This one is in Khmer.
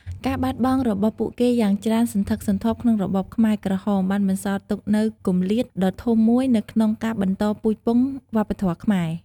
ការបាត់បង់របស់ពួកគេយ៉ាងច្រើនសន្ធឹកសន្ធាប់ក្នុងរបបខ្មែរក្រហម បានបន្សល់ទុកនូវគម្លាតដ៏ធំមួយនៅក្នុងការបន្តពូជពង្សវប្បធម៌ខ្មែរ។